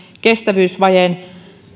kestävyysvajeen